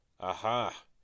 Aha